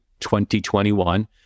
2021